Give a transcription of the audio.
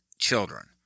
children